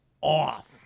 off